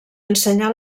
ensenyà